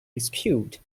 rescued